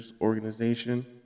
organization